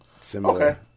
similar